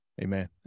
amen